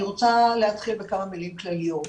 אני רוצה להתחיל בכמה מילים כלליות.